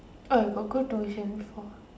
I got go tuition before